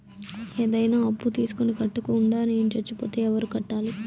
ఏదైనా అప్పు తీసుకొని కట్టకుండా నేను సచ్చిపోతే ఎవరు కట్టాలి?